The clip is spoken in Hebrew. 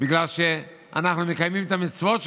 בגלל שאנחנו מקיימים את המצוות שלך,